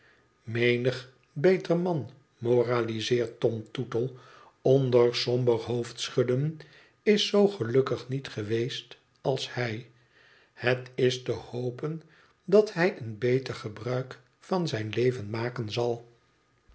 menig beter man moralizeert tom tootle onder somber hoofde schudden tis zoo gelukkig niet geweest als hij het is te hopen dat hij een bïeter gebruik van zijn leven maken zal